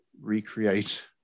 recreate